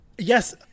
Yes